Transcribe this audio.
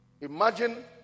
Imagine